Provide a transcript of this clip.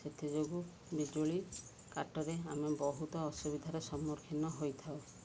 ସେଥିଯୋଗୁଁ ବିଜୁଳି କାଟରେ ଆମେ ବହୁତ ଅସୁବିଧାର ସମ୍ମୁଖୀନ ହୋଇଥାଉ